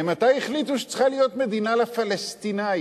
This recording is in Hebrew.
ממתי החליטו שצריכה להיות מדינה לפלסטינים?